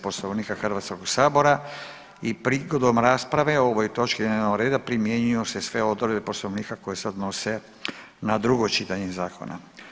Poslovnika Hrvatskog sabora i prigodom rasprave o ovoj točki dnevnog reda primjenjuju se sve odredbe Poslovnika koje se odnose na drugo čitanje zakona.